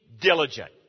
diligent